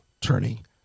turning